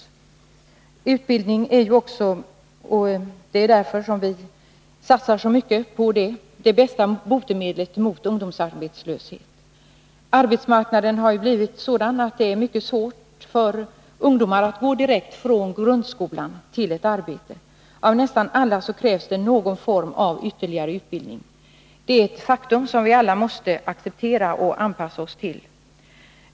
ö Utbildning är ju också det bästa botemedlet mot ungdomsarbetslöshet, och det är därför som vi har satsat så mycket på utbildning. Arbetsmarknaden har blivit sådan att det är mycket svårt för ungdomar att gå direkt från grundskolan till ett arbete. Av nästan alla krävs någon form av ytterligare utbildning. Det är ett faktum som vi alla måste acceptera och anpassa oss till.